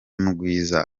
mugwiza